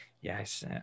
Yes